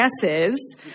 guesses